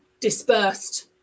dispersed